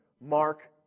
Mark